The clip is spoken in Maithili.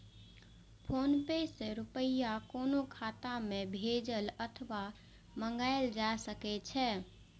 फोनपे सं रुपया कोनो खाता मे भेजल अथवा मंगाएल जा सकै छै